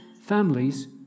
families